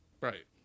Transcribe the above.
Right